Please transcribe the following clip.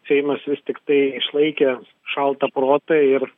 seimas vis tiktai išlaikė šaltą protą ir